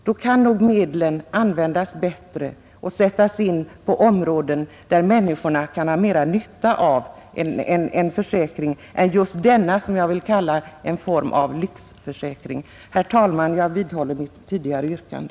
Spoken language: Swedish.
Då kan nog medlen användas bättre och sättas in på områden där människorna kan ha mera nytta av en försäkring än de skulle få av just denna, som jag vill kalla en form av lyx försäkring. Herr talman! Jag vidhåller mitt yrkande.